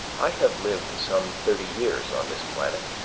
i have lived some thirty years on this planet,